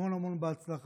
המון המון בהצלחה.